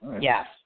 Yes